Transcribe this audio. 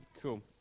Cool